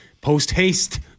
post-haste